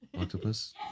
octopus